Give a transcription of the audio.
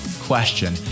question